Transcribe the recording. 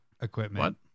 equipment